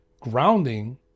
Grounding